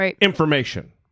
information